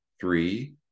three